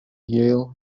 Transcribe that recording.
yale